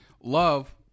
Love